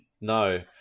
No